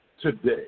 Today